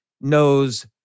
knows